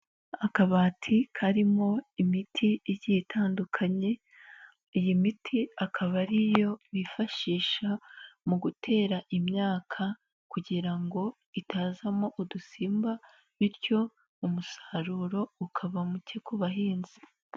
akabati karimo imiti igiye itandukanye, iyi miti akaba ariyo bifashisha mu gutera imyaka kugira ngo itazamo udusimba bityo umusaruro ukaba muke ku bahinzi.